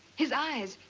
his eyes,